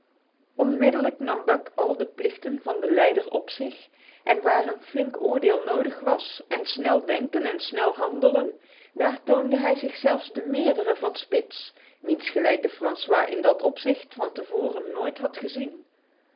onmiddellijk nam buck al de plichten van den leider op zich en waar een flink oordeel nodig was en snel denken en snel handelen daar toonde hij zich zelfs de meerdere van spitz wiens gelijke francois in dat opzicht te voren nooit had gezien